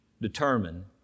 determine